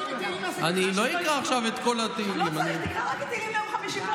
בינתיים תקרא שני פרקים מתהילים,